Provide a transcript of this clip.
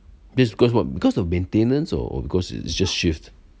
this because [what] because of maintenance or because it just shift